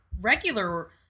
regular